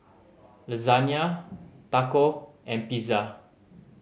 Lasagna Taco and Pizza